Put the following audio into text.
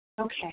Okay